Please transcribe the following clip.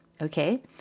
okay